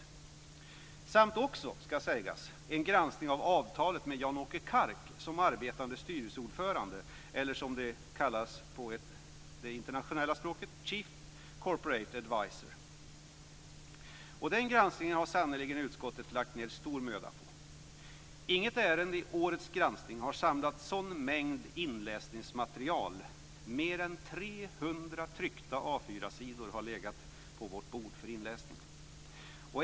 Dessutom ska utskottet göra en granskning av avtalet med Jan-Åke Kark som arbetande styrelseordförande eller som det kallas på det internationella språket, Chief Corporate Adviser. Denna granskning har utskottet sannerligen lagt ned stor möda på. Inget ärende i årets granskning har samlat en sådan mängd inläsningsmaterial. Mer än 300 tryckta A4-sidor har legat på vårt bord för inläsning.